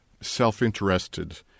self-interested